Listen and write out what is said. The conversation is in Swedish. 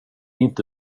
inte